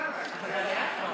ודאי.